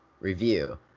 review